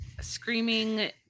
screaming